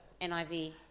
NIV